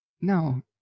no